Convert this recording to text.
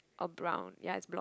or brown ya is blonde